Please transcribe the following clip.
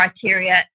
criteria